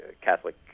Catholic